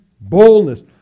boldness